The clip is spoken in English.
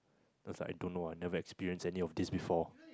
then I was like I don't know I never experienced any of this before